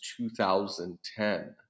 2010